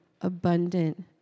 abundant